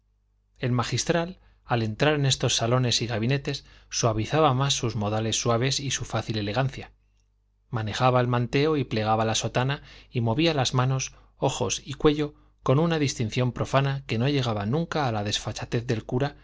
el magistral al entrar en estos salones y gabinetes suavizaba más sus modales suaves y con fácil elegancia manejaba el manteo y plegaba la sotana y movía manos ojos y cuello con una distinción profana que no llegaba nunca a la desfachatez del cura